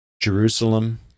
Jerusalem